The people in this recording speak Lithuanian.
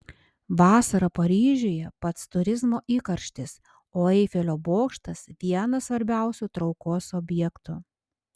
vasarą paryžiuje pats turizmo įkarštis o eifelio bokštas vienas svarbiausių traukos objektų